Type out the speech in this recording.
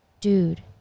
dude